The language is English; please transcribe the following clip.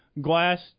glass